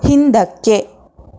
ಹಿಂದಕ್ಕೆ